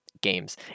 games